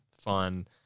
fun